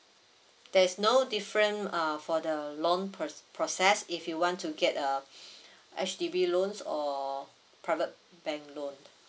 there's no difference (euhr) for the loan pro~ process if you want to get a H_D_B loans or private bank loan